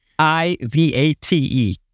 I-V-A-T-E